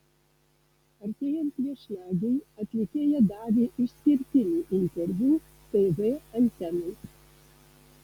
artėjant viešnagei atlikėja davė išskirtinį interviu tv antenai